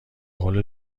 قول